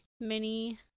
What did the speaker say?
mini